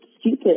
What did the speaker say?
Stupid